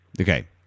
Okay